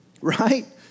Right